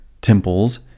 temples